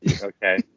Okay